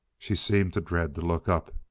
she seemed to dread to look up.